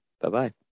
Bye-bye